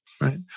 Right